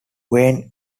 wynne